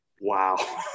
Wow